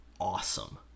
awesome